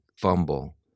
fumble